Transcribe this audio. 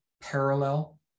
parallel